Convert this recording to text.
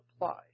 apply